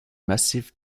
massif